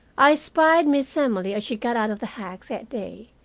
i spied miss emily as she got out of the hack that day,